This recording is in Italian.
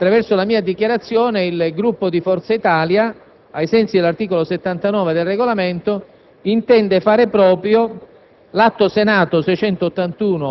che, attraverso la mia dichiarazione, il Gruppo di Forza Italia, ai sensi dell'articolo 79 del Regolamento, fa proprio